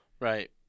Right